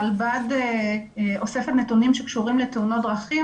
הרלב"ד אוספת נתונים שקשורים לתאונות דרכים,